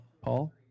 Paul